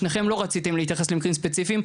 שניכם לא רציתם להתייחס למקרים ספציפיים,